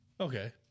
Okay